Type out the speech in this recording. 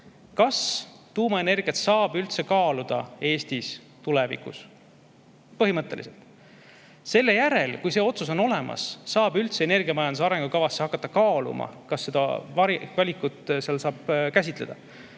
kas tuumaenergiat tulevikus saab üldse kaaluda Eestis. Põhimõtteliselt. Selle järel, kui see otsus on olemas, saab üldse energiamajanduse arengukavas hakata kaaluma, kas seda valikut seal saab käsitleda,